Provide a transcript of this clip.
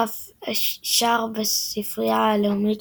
דף שער בספרייה הלאומית